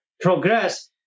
progress